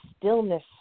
stillness